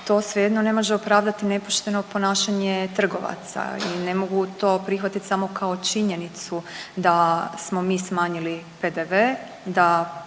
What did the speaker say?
to svejedno ne može opravdati nepošteno ponašanje trgovaca i ne mogu to prihvatit samo kao činjenicu da smo mi smanjili PDV, da